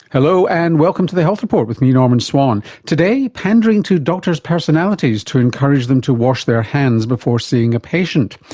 hello, and welcome to the health report with me, norman swan. today, pandering to doctors' personalities to encourage them to wash their hands before seeing a patient.